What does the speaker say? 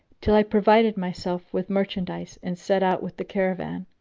till i provided myself with merchandise and set out with the caravan.